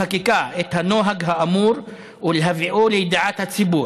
הכנסת ניבין אבו-רחמון וחברי סעיד אלחרומי,